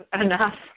enough